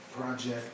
project